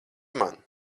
man